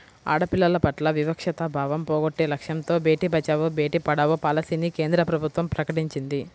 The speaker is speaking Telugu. ఆడపిల్లల పట్ల వివక్షతా భావం పోగొట్టే లక్ష్యంతో బేటీ బచావో, బేటీ పడావో పాలసీని కేంద్ర ప్రభుత్వం ప్రకటించింది